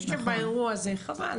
אני חושבת שבאירוע הזה חבל.